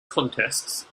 contests